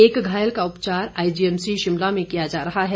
एक घायल का उपचार आईजीएमसी शिमला में किया जा रहा है